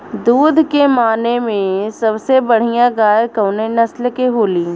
दुध के माने मे सबसे बढ़ियां गाय कवने नस्ल के होली?